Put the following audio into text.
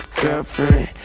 girlfriend